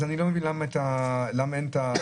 אז אני לא מבין למה אין --- הזו.